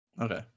Okay